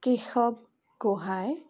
Keshab Gohain